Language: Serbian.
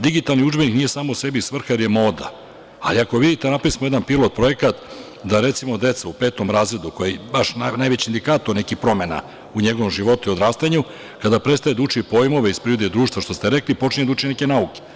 Digitalni udžbenik nije samo sebi svrha, jer je moda, ali ako vidite, napravili smo jedan pilot projekat, da recimo deca u petom razredu, koji je najveći indikator nekih promena u njegovom životu i odrastanju, kada prestaje da uči pojmove iz prirode i društva, što ste rekli, počinje da uči neke nauke.